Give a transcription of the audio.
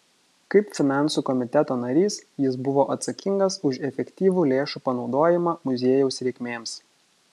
kaip finansų komiteto narys jis buvo atsakingas už efektyvų lėšų panaudojimą muziejaus reikmėms